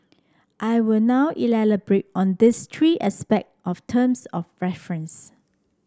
I will now elaborate on these three aspect of terms of reference